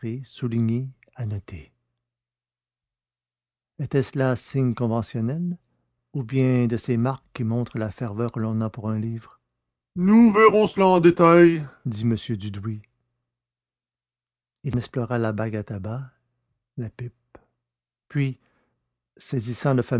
soulignées annotées était-ce là signes conventionnels ou bien de ces marques qui montrent la ferveur que l'on a pour un livre nous verrons cela en détail dit m dudouis il explora la blague à tabac la pipe puis saisissant